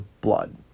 blood